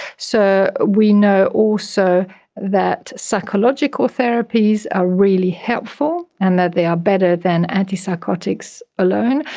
so we know also that psychological therapies are really helpful and that they are better than antipsychotics alone.